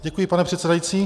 Děkuji, pane předsedající.